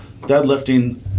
deadlifting